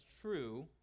true